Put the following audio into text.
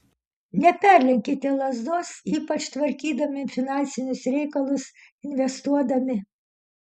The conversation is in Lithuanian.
neperlenkite lazdos ypač tvarkydami finansinius reikalus investuodami